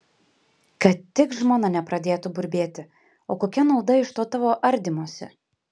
kad tik žmona nepradėtų burbėti o kokia nauda iš to tavo ardymosi